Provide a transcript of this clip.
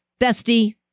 Bestie